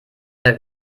sehr